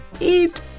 eat